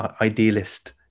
idealist